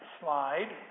slide